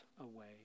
away